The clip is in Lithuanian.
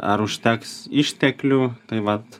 ar užteks išteklių tai vat